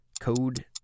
Code